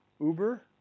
Uber